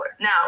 Now